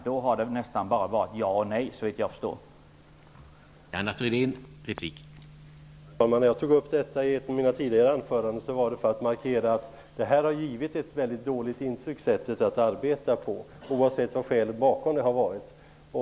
Då har det såvitt jag förstår nästan bara redovisats jaeller nejståndpunkter.